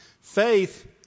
Faith